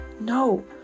No